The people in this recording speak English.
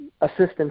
assistance